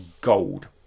gold